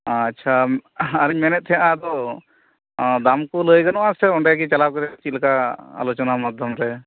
ᱟᱪᱪᱷᱟ ᱟᱨᱤᱧ ᱢᱮᱱᱮᱫ ᱛᱟᱦᱮᱸᱫᱼᱟ ᱟᱫᱚ ᱫᱟᱢᱠᱚ ᱞᱟᱹᱭ ᱜᱟᱱᱚᱜᱼᱟ ᱥᱮ ᱚᱸᱰᱮᱜᱮ ᱪᱟᱞᱟᱣ ᱠᱟᱛᱮᱫ ᱪᱮᱫ ᱞᱮᱠᱟ ᱟᱞᱳᱪᱚᱱᱟ ᱢᱟᱫᱽᱫᱷᱚᱢ ᱨᱮ